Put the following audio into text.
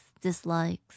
dislikes